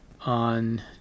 on